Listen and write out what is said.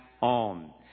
on